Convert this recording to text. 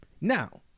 now